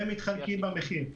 ומתחלקים במחיר.